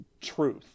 truth